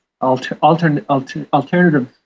alternative